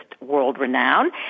world-renowned